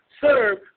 serve